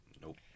Nope